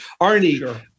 Arnie